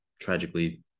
tragically